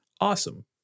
awesome